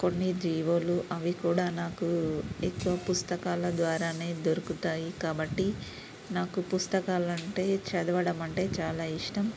కొన్ని జీవులు అవి కూడా నాకు ఎక్కువ పుస్తకాల ద్వారానే దొరుకుతాయి కాబట్టి నాకు పుస్తకాలంటే చదవడమంటే చాలా ఇష్టం